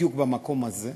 בדיוק במקום הזה,